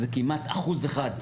זה כמעט אחוז אחד.